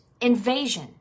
invasion